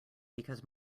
because